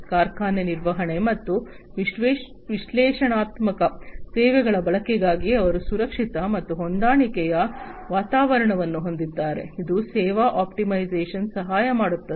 ಕಾರ್ಖಾನೆ ನಿರ್ವಹಣೆ ಮತ್ತು ವಿಶ್ಲೇಷಣಾತ್ಮಕ ಸೇವೆಗಳ ಬಳಕೆಗಾಗಿ ಅವರು ಸುರಕ್ಷಿತ ಮತ್ತು ಹೊಂದಾಣಿಕೆಯ ವಾತಾವರಣವನ್ನು ಹೊಂದಿದ್ದಾರೆ ಇದು ಸೇವಾ ಆಪ್ಟಿಮೈಸೇಶನ್ಗೆ ಸಹಾಯ ಮಾಡುತ್ತದೆ